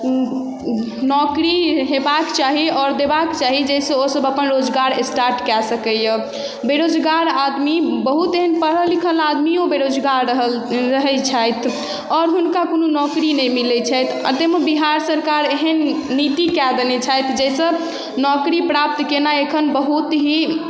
नौकरी हेबाक चाही आओर देबाक चाही जाहिसँ ओ सभ अपन रोजगार स्टार्ट कए सकैया बेरोजगार आदमी बहुत एहन पढ़ल लिखल आदमियो बेरोजगार रहल रहै छथि आओर हुनका कोनो नौकरी नहि मिलै छथि आ ताहिमे बिहार सरकार एहन नीतिकऽ देने छथि जाहिसँ नौकरी प्राप्त केनाइ एखन बहुत ही